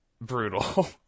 brutal